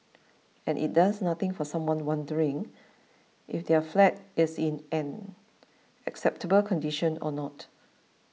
and it does nothing for someone wondering if their flat is in an acceptable condition or not